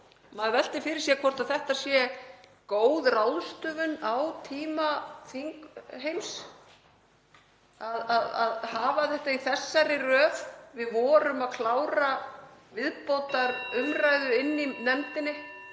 Maður veltir fyrir sér hvort það sé góð ráðstöfun á tíma þingheims að hafa þetta í þessari röð. Við vorum að klára viðbótarumræðu (Forseti